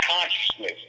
consciousness